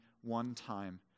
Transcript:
one-time